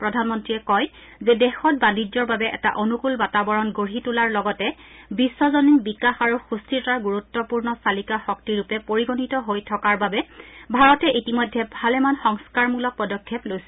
প্ৰধানমন্ত্ৰীয়ে কয় যে দেশত বাণিজ্যৰ বাবে এটা অনুকুল বাতাবৰণ গঢ়ি তোলাৰ লগতে বিশ্জনিন বিকাশ আৰু সূত্থিৰতাৰ গুৰুত্বপূৰ্ণ চালিকা শক্তি ৰূপে পৰিগণিত হৈ থকাৰ বাবে ভাৰতে ইতিমধ্যে ভালেমান সংস্কাৰমূলক পদক্ষেপ লৈছে